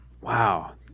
Wow